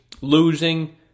losing